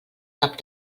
cap